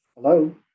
Hello